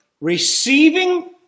receiving